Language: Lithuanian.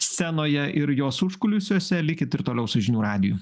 scenoje ir jos užkulisiuose likit ir toliau su žinių radiju